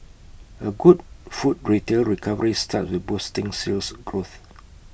A good food retail recovery starts with boosting Sales Growth